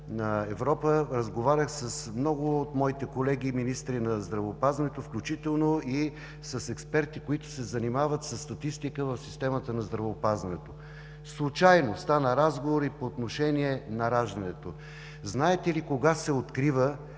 на Европа, разговарях с много от моите колеги министри на здравеопазването, включително и с експерти, които се занимават със статистика в системата на здравеопазването. Случайно стана разговор и по отношение на ражданията. Знаете ли кога се открива